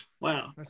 Wow